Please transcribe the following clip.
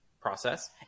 process